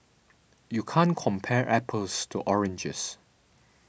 you can't compare apples to oranges